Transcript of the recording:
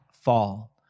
fall